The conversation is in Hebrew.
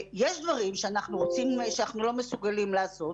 יש דברים שאנחנו לא מסוגלים לעשות,